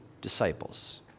disciples